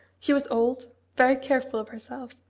she was old, very careful of herself,